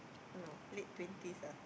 no late twenties ah